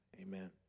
Amen